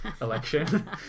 election